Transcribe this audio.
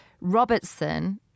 Robertson